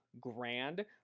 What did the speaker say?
grand